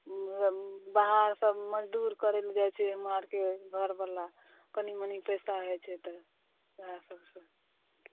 बाहर सभमे मजदुर करै लए जाइ छै हमर आर के घरवाला कनि मनि पैसा हेतै तऽ इएह सभ छै